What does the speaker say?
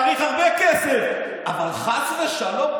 כמה שנאה,